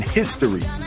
history